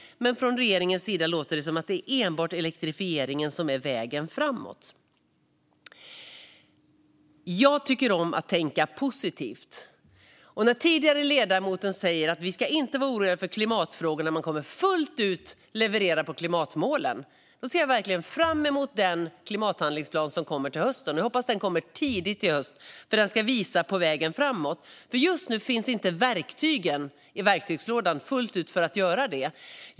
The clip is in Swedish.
Men från regeringens sida låter det som att det är enbart elektrifieringen som är vägen framåt. Jag tycker om att tänka positivt. När den föregående talaren säger att vi inte ska vara oroliga för klimatfrågorna och att man fullt ut kommer att leverera på klimatmålen ser jag verkligen fram emot den klimathandlingsplan som kommer till hösten - jag hoppas att den kommer tidigt i höst - och som ska visa vägen framåt. Just nu finns nämligen inte verktygen i verktygslådan fullt ut för att göra det.